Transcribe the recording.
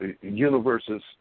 universes